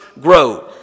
grow